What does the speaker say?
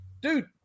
Dude